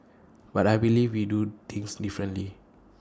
but I believe we do things differently